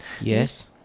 Yes